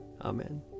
Amen